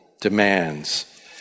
demands